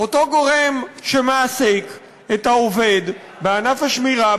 אותו גורם שמעסיק את העובד בענף השמירה,